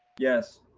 yes.